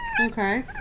Okay